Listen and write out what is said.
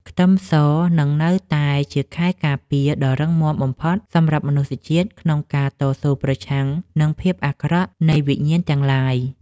ខ្ទឹមសនឹងនៅតែជាខែលការពារដ៏រឹងមាំបំផុតសម្រាប់មនុស្សជាតិក្នុងការតស៊ូប្រឆាំងនឹងភាពអាក្រក់នៃវិញ្ញាណទាំងឡាយ។